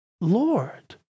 Lord